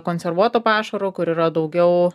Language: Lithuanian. konservuoto pašaro kur yra daugiau